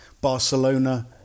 Barcelona